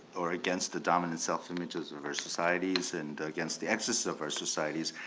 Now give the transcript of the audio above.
or against the dominant self images of our societies and against the excesses of our societies.